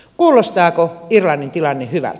kuulostaako irlannin tilanne hyvältä